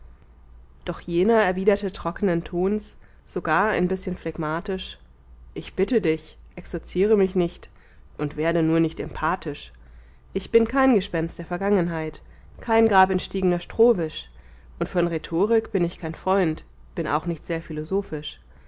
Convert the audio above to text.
doch jener erwiderte trockenen tons sogar ein bißchen phlegmatisch ich bitte dich exorziere mich nicht und werde nur nicht emphatisch ich bin kein gespenst der vergangenheit kein grabentstiegener strohwisch und von rhetorik bin ich kein freund bin auch nicht sehr philosophisch